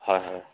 হয় হয়